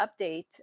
update